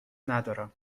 ندارم